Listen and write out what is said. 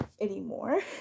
anymore